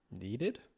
needed